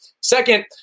Second